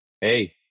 Hey